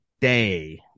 day